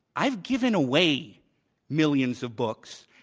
i've given away millions of books.